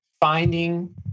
finding